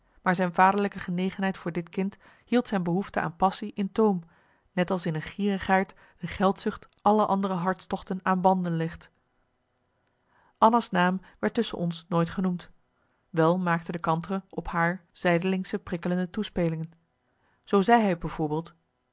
maar zijn vaderlijke genegenheid voor dit kind hield zijn behoefte aan passie in toom net als in een gierigaard de geldzucht alle andere hartstochten aan banden legt anna's naam werd tusschen ons nooit genoemd wel maakte de kantere op haar zijdelingsche prikkelende toespelingen zoo zei hij bijvoorbeeld